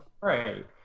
Right